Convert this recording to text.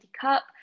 cup